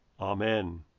Amen